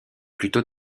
plutôt